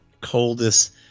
coldest